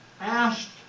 asked